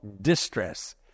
distress